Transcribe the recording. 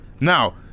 Now